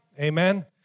Amen